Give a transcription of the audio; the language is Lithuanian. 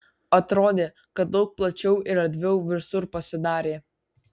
atrodė kad daug plačiau ir erdviau visur pasidarė